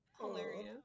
Hilarious